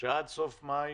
שעד סוף מאי